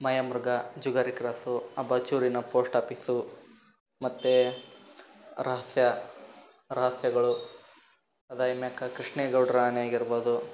Mayamruga Jugari cross ಅಬಚೂರಿನ post office ಮತ್ತು ರಹಸ್ಯ ರಹಸ್ಯಗಳು ಅದಾದಮ್ಯಾಕ ಕೃಷ್ಣೇ ಗೌಡ್ರ ಆನೆ ಆಗಿರ್ಬೋದು